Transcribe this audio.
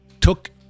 took